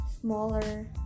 smaller